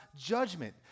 judgment